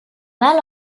mal